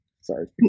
sorry